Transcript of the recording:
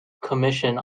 commission